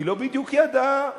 היא לא בדיוק ידעה,